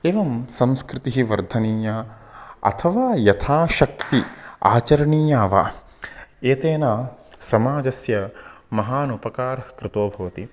एवं संस्कृतिः वर्धनीया अथवा यथा शक्ति आचरणीया वा एतेन समाजस्य महान् उपकारः कृतो भवति